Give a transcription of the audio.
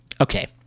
Okay